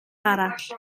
arall